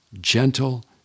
gentle